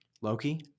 Loki